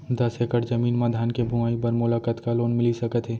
दस एकड़ जमीन मा धान के बुआई बर मोला कतका लोन मिलिस सकत हे?